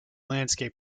landscape